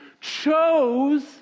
chose